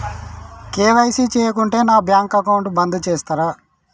KYC చేయకుంటే నా bank account బంద్ చేస్తరా?